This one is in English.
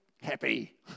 happy